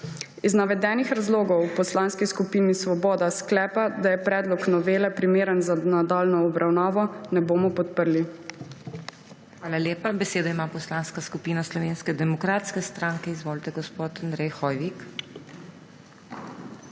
Iz navedenih razlogov v Poslanski skupini Svoboda sklepa, da je predlog novele primeren za nadaljnjo obravnavo, ne bomo podprli. **PODPREDSEDNICA MAG. MEIRA HOT:** Hvala lepa. Besedo ima Poslanska skupina Slovenske demokratske stranke. Izvolite, gospod Andrej Hoivik.